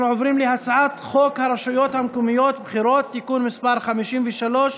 אנחנו עוברים להצעת חוק הרשויות המקומיות (בחירות) (תיקון מס' 53)